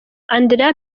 andrea